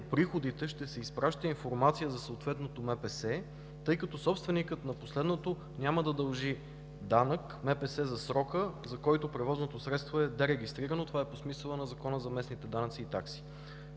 приходите ще се изпраща информация за съответното моторно превозно средство, тъй като собственикът на последното няма да дължи данък МПС за срока, за който превозното средство е дерегистрирано. Това е по смисъла на Закона за местните данъци и такси.